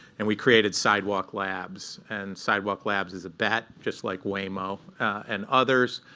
and we created sidewalk labs. and sidewalk labs is a bet, just like waymo and others.